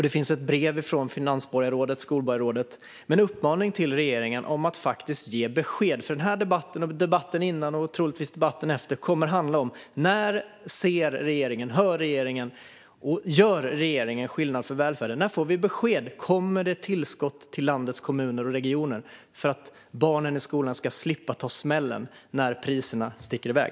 Det finns ett brev från finansborgarrådet och skolborgarrådet med en uppmaning till regeringen om att faktiskt ge besked. Denna debatt, den tidigare debatten och troligtvis debatten efter denna kommer att handla om: När ser och hör regeringen, och när gör regeringen skillnad för välfärden? När får vi besked? Kommer det tillskott till landets kommuner och regioner så att barnen i skolan slipper ta smällen när priserna sticker iväg?